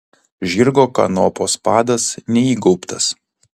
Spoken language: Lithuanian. žirgo kanopos padas neįgaubtas